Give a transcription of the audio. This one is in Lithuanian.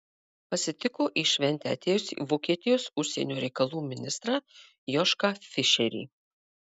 pasitiko į šventę atėjusį vokietijos užsienio reikalų ministrą jošką fišerį